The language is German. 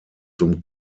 zum